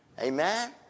Amen